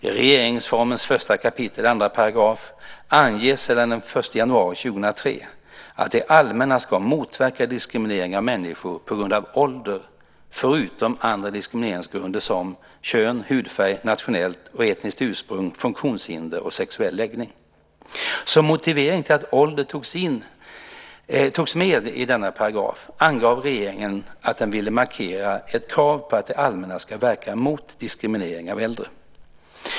I regeringsformens 1 kap. 2 § anges sedan den 1 januari 2003 att det allmänna ska motverka diskriminering av människor på grund av ålder förutom andra diskrimineringsgrunder som kön, hudfärg, nationellt och etniskt ursprung, funktionshinder och sexuell läggning. Som motivering till att ålder togs med i denna paragraf angav regeringen att den ville markera ett krav på att det allmänna ska verka mot diskriminering av äldre.